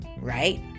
right